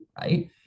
right